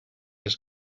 his